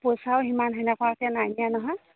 পইচাও সিমান তেনেকুৱাকৈ নাই নিয়া নহয়